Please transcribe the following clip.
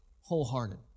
wholehearted